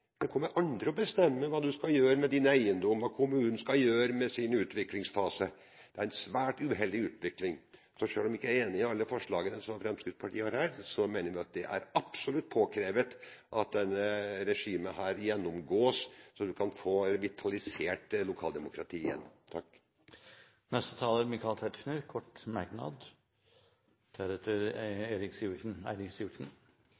Det kommer andre og bestemmer hva du skal gjøre med din eiendom, eller hva kommunen skal gjøre. Det er en svært uheldig utvikling. Så selv om jeg ikke er enig i alle forslagene som Fremskrittspartiet har her, mener jeg det er absolutt påkrevet at dette regimet gjennomgås, så man kan få vitalisert lokaldemokratiet. Representanten Michael Tetzschner har hatt ordet to ganger tidligere og får ordet til en kort merknad,